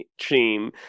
team